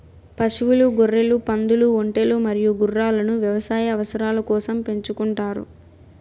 పశువులు, గొర్రెలు, పందులు, ఒంటెలు మరియు గుర్రాలను వ్యవసాయ అవసరాల కోసం పెంచుకుంటారు